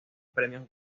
premios